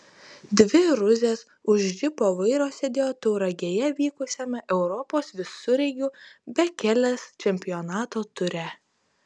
dvi rusės už džipo vairo sėdėjo tauragėje vykusiame europos visureigių bekelės čempionato ture